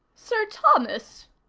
sir thomas!